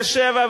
ותושבי באר-שבע,